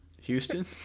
Houston